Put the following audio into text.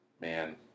Man